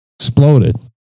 exploded